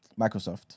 Microsoft